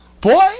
Boy